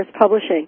Publishing